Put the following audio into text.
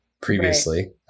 previously